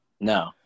No